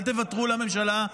אל תוותרו לממשלה.